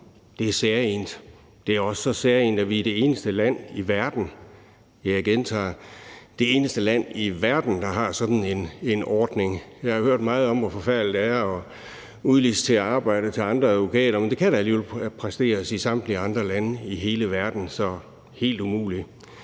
det eneste land i verden – jeg gentager: det eneste land i verden – der har sådan en ordning. Jeg har hørt meget om, hvor forfærdeligt det er at udlicitere arbejdet til andre advokater, men det kan da alligevel præsteres i samtlige andre lande i hele verden, så helt umuligt